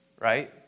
right